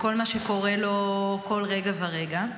בכל מה שקורה לו כל רגע ורגע.